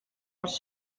els